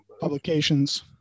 publications